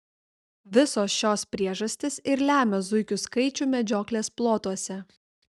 visos šios priežastys ir lemia zuikių skaičių medžioklės plotuose